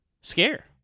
Scare